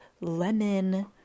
lemon